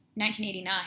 1989